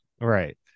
Right